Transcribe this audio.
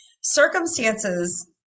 Circumstances